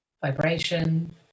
Vibration